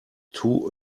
too